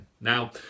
Now